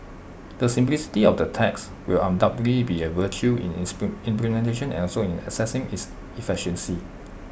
the simplicity of the tax will undoubtedly be A virtue in its implementation and also in assessing its efficacy